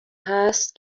هست